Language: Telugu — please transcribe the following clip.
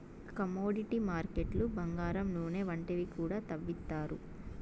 కమోడిటీ మార్కెట్లు బంగారం నూనె వంటివి కూడా తవ్విత్తారు